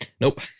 Nope